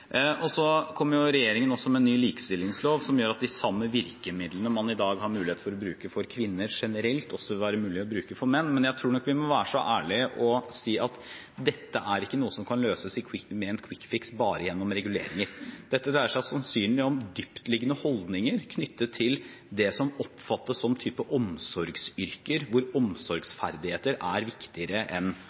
Så kommer regjeringen også med ny likestillingslov, som gjør at de samme virkemidlene man i dag har mulighet for å bruke for kvinner generelt, vil være mulig å bruke for menn. Men jeg tror nok vi må være så ærlige å si at dette er ikke noe som kan løses med en «quick fix» bare gjennom reguleringer. Dette dreier seg sannsynligvis om dyptliggende holdninger knyttet til det som oppfattes som en type omsorgsyrker, hvor omsorgsferdigheter er viktigere enn